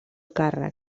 càrrec